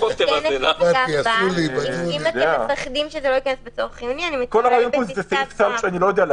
כל היתרון פה הוא במיידיות.